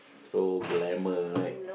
so glamour right